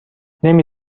نمی